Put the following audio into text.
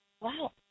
Wow